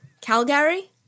Calgary